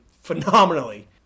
Phenomenally